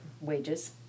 wages